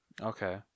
Okay